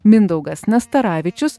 mindaugas nastaravičius